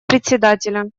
председателя